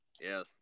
Yes